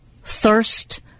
thirst